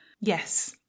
Yes